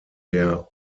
der